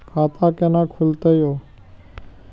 खाता केना खुलतै यो